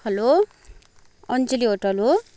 hello Anjali hotel हो